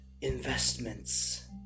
investments